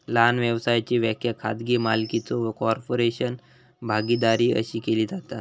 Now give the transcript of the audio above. लहान व्यवसायाची व्याख्या खाजगी मालकीचो कॉर्पोरेशन, भागीदारी अशी केली जाता